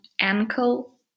Ankle